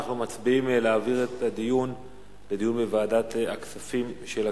אנחנו מצביעים על ההצעה להעביר את הנושא לדיון בוועדת הכספים של הכנסת.